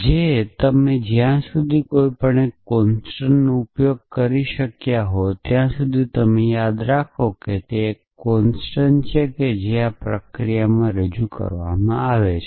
જે તમે ત્યાં સુધી કોઈ પણ કોંસ્ટંટ ઉપયોગ કરી શક્યા હો ત્યાં સુધી તમે યાદ રાખો કે તે એક કોંસ્ટંટ છે જે આ પ્રક્રિયામાં રજૂ કરવામાં આવી છે